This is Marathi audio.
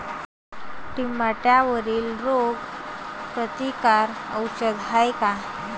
टमाट्यावरील रोग प्रतीकारक औषध हाये का?